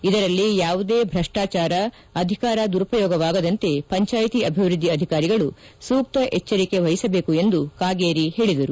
ಇದರಲ್ಲಿ ಯಾವುದೇ ಭ್ರಷ್ಟಾಚಾರ ಅಧಿಕಾರ ದುರುಪಯೋಗವಾಗದಂತೆ ಪಂಚಾಯಿತಿ ಅಭಿವೃದ್ದಿ ಅಧಿಕಾರಿಗಳು ಸೂಕ್ತ ಎಚ್ಚರಿಕೆ ವಹಿಸಬೇಕು ಎಂದು ಕಾಗೇರಿ ಹೇಳಿದರು